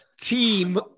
team